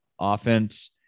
offense